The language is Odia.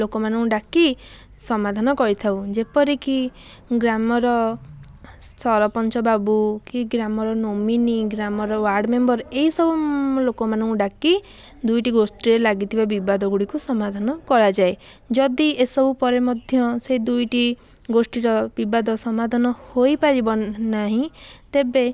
ଲୋକମାନଙ୍କୁ ଡ଼ାକି ସମାଧାନ କରିଥାଉ ଯେପରିକି ଗ୍ରାମର ସରପଞ୍ଚବାବୁ କି ଗ୍ରାମର ନୋମିନି ଗ୍ରାମର ୱାର୍ଡ଼ ମେମ୍ବର୍ ଏଇସବୁ ଲୋକମାନଙ୍କୁ ଡ଼ାକି ଦୁଇଟି ଗୋଷ୍ଠୀରେ ଲାଗିଥିବା ବିବାଦ ଗୁଡ଼ିକୁ ସମାଧାନ କରାଯାଏ ଯଦି ଏସବୁ ପରେ ମଧ୍ୟ ସେ ଦୁଇଟି ଗୋଷ୍ଠୀର ବିବାଦ ସମାଧାନ ହୋଇପାରିବ ନାହିଁ ତେବେ